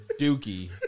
dookie